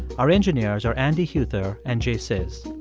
our engineers are andy huether and jay sciz.